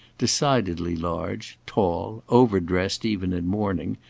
decidedly large, tall, over-dressed even in mourning,